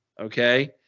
Okay